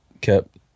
kept